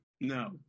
No